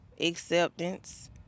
Acceptance